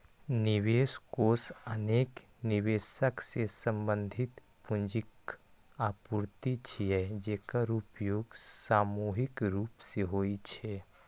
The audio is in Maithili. निवेश कोष अनेक निवेशक सं संबंधित पूंजीक आपूर्ति छियै, जेकर उपयोग सामूहिक रूप सं होइ छै